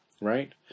right